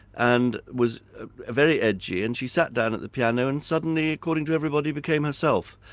and was very edgy, and she sat down at the piano and suddenly, according to everybody, became herself.